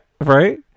right